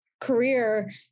career